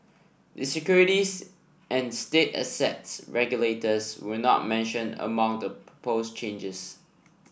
the securities and state assets regulators were not mentioned among the propose changes